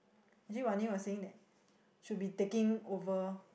actually Wan-Ning was saying that she will be taking over